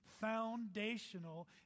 foundational